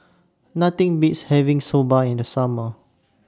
Nothing Beats having Soba in The Summer